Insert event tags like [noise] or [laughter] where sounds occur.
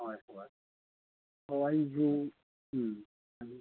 ꯍꯣꯏ ꯍꯣꯏ ꯑꯣ ꯑꯩꯁꯨ ꯎꯝ [unintelligible]